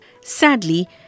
Sadly